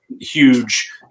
huge